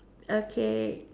okay